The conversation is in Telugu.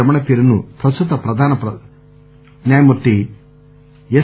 రమణ పేరును ప్రస్తుత భారత ప్రధాన న్యాయమూర్తి ఎస్